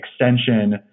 extension